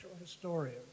historian